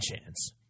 chance